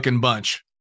bunch